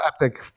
epic